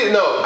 no